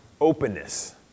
Openness